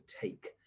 take